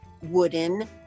wooden